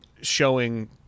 showing